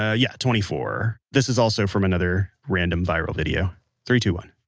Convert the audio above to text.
ah yeah, twenty four. this is also from another random viral video three, two, one